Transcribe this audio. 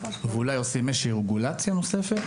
ואולי עושים איזושהי רגולציה נוספת,